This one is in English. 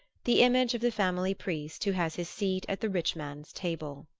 the image of the family priest who has his seat at the rich man's table.